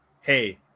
hey